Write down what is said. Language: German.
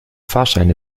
fahrscheine